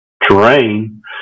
Terrain